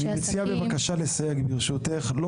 אנשי עסקים --- אני מציע בבקשה לסייג,